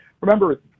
remember